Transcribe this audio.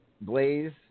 Blaze